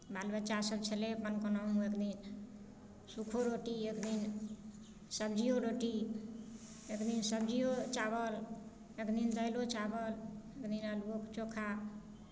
बाल बच्चासभ छलै अपन कोनो एक दिन सूखो रोटी एक दिन सब्जिओ रोटी एक दिन सब्जिओ चावल एक दिन दालिओ चावल एक दिन आलूओके चोखा